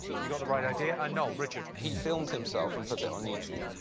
you got the right idea. and, noel, richard? he filmed himself and put it on youtube.